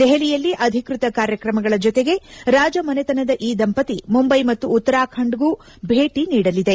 ದೆಹಲಿಯಲ್ಲಿ ಅಧಿಕೃತ ಕಾರ್ಯಕ್ರಮಗಳ ಜತೆಗೆ ರಾಜಮನೆತನದ ಈ ದಂಪತಿ ಮುಂಬೈ ಮತ್ತು ಉತ್ತರಾಖಂಡಕ್ಕೂ ಭೇಟ ನೀಡಲಿದೆ